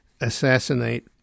assassinate